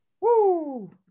Woo